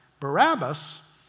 Barabbas